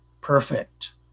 perfect